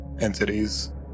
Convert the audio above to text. entities